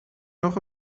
nog